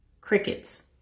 crickets